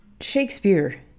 shakespeare